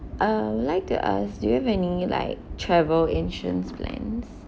I would like to ask do you have any like travel insurance plan